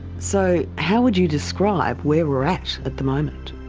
so how would you describe where we're at, at the moment?